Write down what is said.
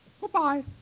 Goodbye